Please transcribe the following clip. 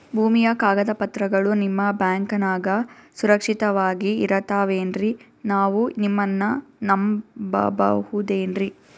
ಭೂಮಿಯ ಕಾಗದ ಪತ್ರಗಳು ನಿಮ್ಮ ಬ್ಯಾಂಕನಾಗ ಸುರಕ್ಷಿತವಾಗಿ ಇರತಾವೇನ್ರಿ ನಾವು ನಿಮ್ಮನ್ನ ನಮ್ ಬಬಹುದೇನ್ರಿ?